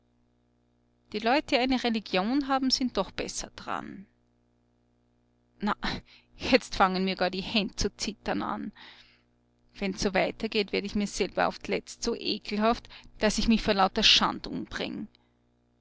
die leut die eine religion haben sind doch besser d'ran na jetzt fangen mir gar die händ zu zittern an wenn's so weitergeht werd ich mir selber auf die letzt so ekelhaft daß ich mich vor lauter schand umbring